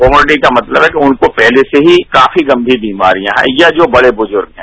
कॉमोर्डिटी का मतलब है कि उनको पहले से ही काफी गंगीर बीमारियां हैं या जो बड़े बुजूर्ण हैं